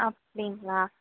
அப்படிங்களா